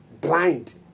blind